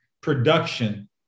production